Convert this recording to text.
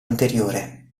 anteriore